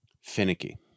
finicky